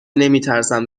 نمیترسم